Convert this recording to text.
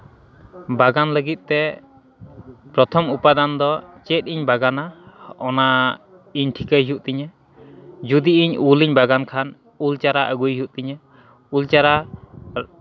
ᱵᱟᱜᱟᱱ ᱞᱟᱹᱜᱤᱫ ᱛᱮ ᱯᱨᱚᱛᱷᱚᱢ ᱩᱯᱟᱫᱟᱱ ᱫᱚ ᱪᱮᱫ ᱤᱧ ᱵᱟᱜᱟᱱᱟ ᱚᱱᱟ ᱤᱧ ᱴᱷᱤᱠᱟᱹᱭ ᱦᱩᱭᱩᱜ ᱛᱤᱧᱟᱹ ᱡᱩᱫᱤ ᱤᱧ ᱩᱞᱮᱧ ᱵᱟᱜᱟᱱ ᱠᱷᱟᱱ ᱩᱞ ᱪᱟᱨᱟ ᱟᱹᱜᱩᱭ ᱦᱩᱭᱩᱜ ᱛᱤᱧᱟᱹ ᱩᱞ ᱪᱟᱨᱟ